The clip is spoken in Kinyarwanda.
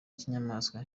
kinyamaswa